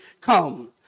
come